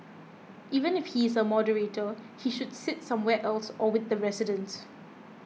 even if he is a moderator he should sit somewhere else or with the residents